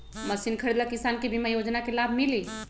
Machine खरीदे ले किसान के बीमा योजना के लाभ मिली?